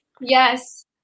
Yes